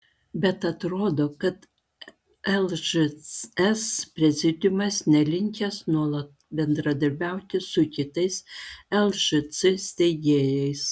bet atrodo kad lžs prezidiumas nelinkęs nuolat bendradarbiauti ir su kitais lžc steigėjais